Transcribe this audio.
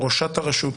או ראשת הרשות